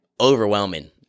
overwhelming